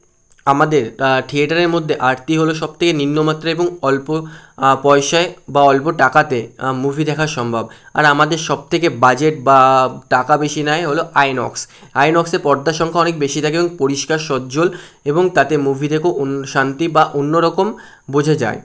আমাদের থিয়েটারের মধ্যে আরতি হলো সব থেকে নিম্নমাত্রা এবং অল্প পয়সায় বা অল্প টাকাতে মুভি দেখা সম্ভব আর আমাদের সবথেকে বাজেট বা টাকা বেশি নেয় হলো আইনক্স আইনক্সে পর্দা সংখ্যা অনেক বেশি থাকে এবং পরিষ্কার সজ্জল এবং তাতে মুভিদেরকেও শান্তি বা অন্য রকম বোঝা যায়